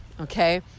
okay